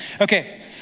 Okay